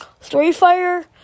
Storyfire